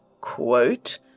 quote